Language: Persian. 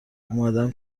اومدم